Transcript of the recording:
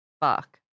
Fuck